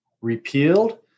repealed